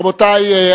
רבותי,